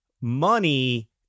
money